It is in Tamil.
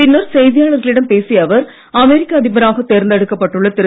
பின்னர் செய்தியாளர்களிடம் பேசிய அவர் அமெரிக்க அதிபராக தேர்ந்தெடுக்கப்பட்டுள்ள திரு